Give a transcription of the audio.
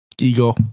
ego